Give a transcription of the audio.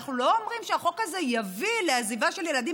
אנחנו לא אומרים שהחוק הזה יביא לעזיבה של ילדים